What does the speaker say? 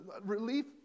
relief